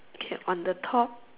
okay on the top